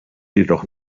jedoch